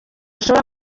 ashobora